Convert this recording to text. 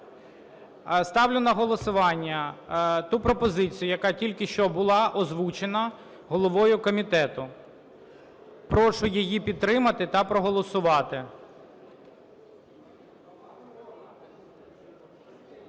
Ставлю на голосування ту пропозицію, яка тільки що була озвучена головою комітету. Прошу її підтримати та проголосувати.